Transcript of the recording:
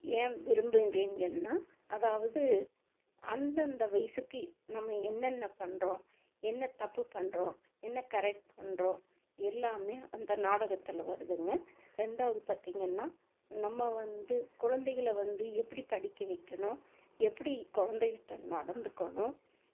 ஏன் விரும்புகிறிங்கன்னால் அதாவது அந்தந்த வயதுக்கு நம்ம என்னென்ன பண்ணுறோம் என்ன தப்பு பண்ணுறோம் என்ன கரெக்ட் பண்ணுறோம் எல்லாமே அந்த நாடகத்தில் வருதுங்க ரெண்டாவது பார்த்திங்கன்னா நம்ம வந்து குழந்தைகள வந்து எப்படி படிக்க வைக்கணும் எப்படி கொழந்தைக் கிட்டே நடந்துக்கணும்